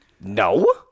no